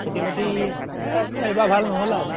খেতি বাতি এই এইবাৰ ভাল নহ'ল আৰু